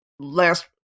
last